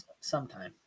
sometime